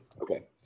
Okay